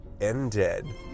ended